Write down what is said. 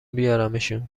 بیارمشون